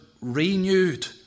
renewed